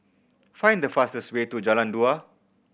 find the fastest way to Jalan Dua